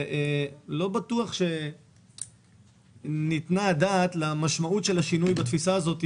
ולא בטוח שניתנה הדעת למשמעות של השינוי בתפיסה הזאת,